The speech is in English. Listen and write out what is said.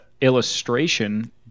illustration